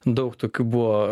daug tokių buvo